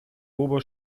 bobo